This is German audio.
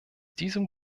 diesem